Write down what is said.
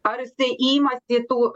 ar jisai imasi tų